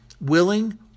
willing